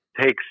takes